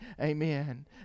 Amen